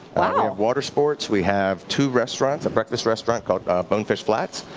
water sports, we have two restaurants, a breakfast restaurant called bone fish flats.